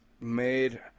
made